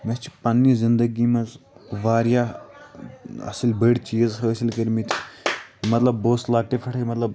مےٚ چھِ پنٛنہِ زندٕگی منٛز واریاہ اَصٕل بٔڈۍ چیٖز حٲصِل کٔرۍ مٕتۍ مطلب بہٕ اوسُس لۄکٹہِ پٮ۪ٹھَے مطلب